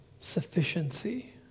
sufficiency